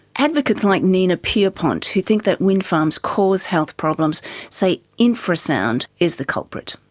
advocates like nina pierpont who think that windfarms cause health problems say infra-sound is the culprit.